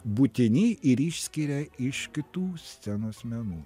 būtini ir išskiria iš kitų scenos menų